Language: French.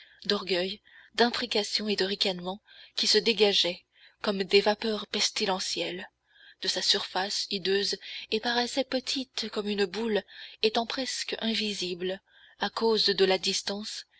d'orgueil d'imprécation et de ricanement qui se dégageaient comme des vapeurs pestilentielles de sa surface hideuse et paraissait petite comme une boule étant presque invisible à cause de la distance